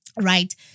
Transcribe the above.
Right